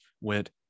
went